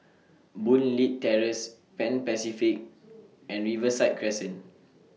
Boon Leat Terrace Pan Pacific and Riverside Crescent